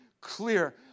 clear